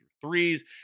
threes